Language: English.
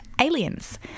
aliens